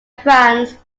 france